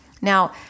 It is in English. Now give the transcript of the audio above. Now